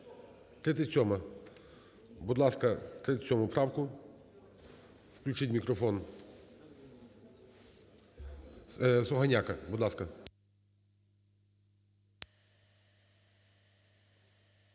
37-а. Будь ласка, 37 правку, включіть мікрофон Сугоняко, будь ласка.